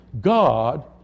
God